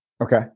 Okay